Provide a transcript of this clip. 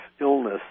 illness